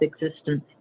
existence